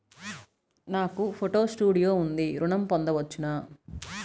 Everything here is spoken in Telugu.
నాకు ఫోటో స్టూడియో ఉంది ఋణం పొంద వచ్చునా?